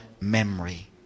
memory